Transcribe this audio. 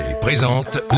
présente